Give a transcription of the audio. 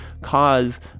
cause